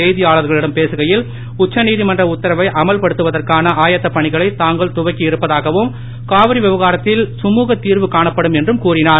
செய்தியாளர்களிடம் பேசுகையில் உச்சநீதிமன்ற உத்தரவை அமல்படுத்துவதற்கான ஆயத்த பணிகளை தாங்கள் துவக்கி இருப்பதாகவும் காவிரி விவகாரத்தில் சுமுக திர்வு காணப்படும் என்றும் கூறினார்